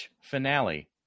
finale